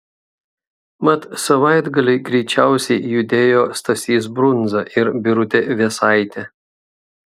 mat savaitgalį greičiausiai judėjo stasys brunza ir birutė vėsaitė